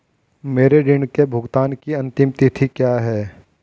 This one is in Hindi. मेरे ऋण के भुगतान की अंतिम तिथि क्या है?